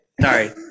Sorry